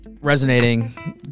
resonating